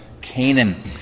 Canaan